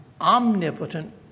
omnipotent